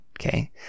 Okay